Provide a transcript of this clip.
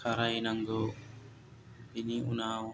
खारायनांगौ बेनि उनाव